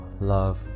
Love